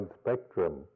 spectrum